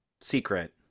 secret